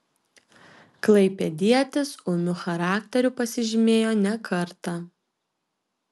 klaipėdietis ūmiu charakteriu pasižymėjo ne kartą